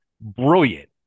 brilliant